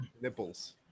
Nipples